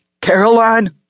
Caroline